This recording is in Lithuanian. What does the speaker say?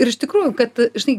ir iš tikrųjų kad žinai